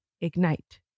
Ignite